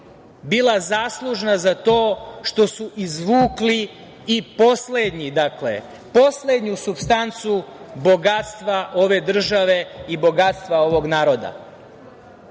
bila zaslužna za to što su izvukli i poslednju supstancu bogatstva ove države i bogatstva ovog naroda. Da